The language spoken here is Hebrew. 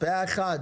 הצבעה אושר.